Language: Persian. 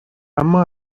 اما